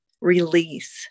Release